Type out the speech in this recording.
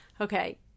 Okay